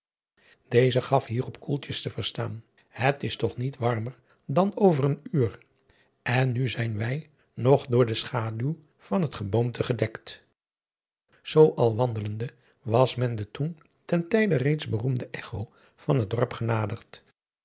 deze gaf hierop koeltjes te verstaan het is toch niet warmer dan over een uur en nu zijn wij nog door de schaduw van het geboomte gedekt zoo al wandelende was men de toen ten tijde reeds beroemde echo van het dorp genaderd